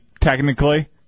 technically